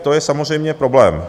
To je samozřejmě problém.